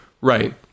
right